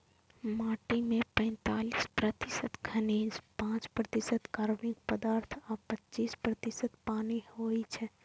माटि मे पैंतालीस प्रतिशत खनिज, पांच प्रतिशत कार्बनिक पदार्थ आ पच्चीस प्रतिशत पानि होइ छै